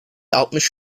altmış